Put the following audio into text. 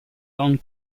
long